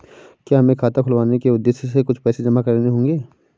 क्या हमें खाता खुलवाने के उद्देश्य से कुछ पैसे जमा करने होंगे?